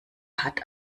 hat